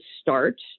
start